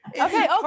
okay